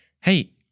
Hey